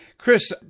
Chris